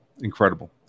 incredible